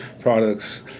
products